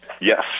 Yes